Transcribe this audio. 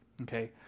okay